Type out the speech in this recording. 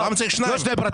לא שני בתים,